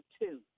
two